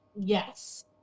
Yes